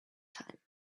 time